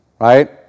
right